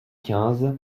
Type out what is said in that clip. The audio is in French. quinze